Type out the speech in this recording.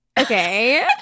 Okay